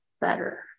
better